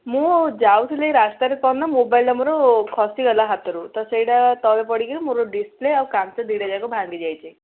ମୁଁ ଯାଉଥିଲି ରାସ୍ତା ରେ କଣ ନା ମୋବାଇଲ୍ଟା ମୋର ଖସିଗଲା ହାତରୁ ତ ସେଇଟା ତଳେ ପଡ଼ିକି ମୋର ଡିସପ୍ଲେ ଆଉ କାଚ ଦୁଇଟା ଯାକ ଭାଙ୍ଗି ଯାଇଛି